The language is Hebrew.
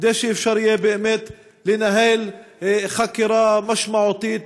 כדי שאפשר יהיה באמת לנהל חקירה משמעותית